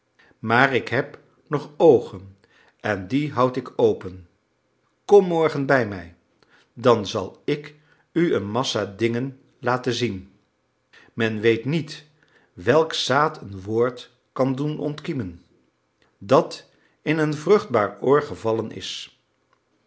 maar ik heb nog oogen en die houd ik open kom morgen bij mij dan zal ik u een massa dingen laten zien men weet niet welk zaad een woord kan doen ontkiemen dat in een vruchtbaar oor gevallen is